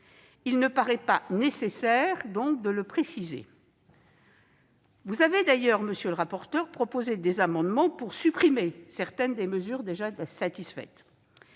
Il ne paraît donc pas nécessaire de le préciser. Vous avez d'ailleurs, monsieur le rapporteur, proposé des amendements pour supprimer certaines des mesures déjà satisfaites.